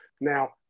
Now